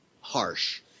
harsh